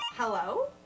Hello